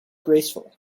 graceful